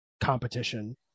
competition